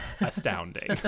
astounding